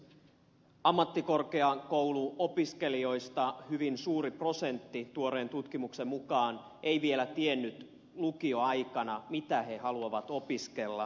tuoreen tutkimuksen mukaan ammattikorkeakouluopiskelijoista hyvin suuri osa ei vielä tiennyt lukioaikana mitä he haluavat opiskella